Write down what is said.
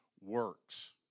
works